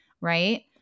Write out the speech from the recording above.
right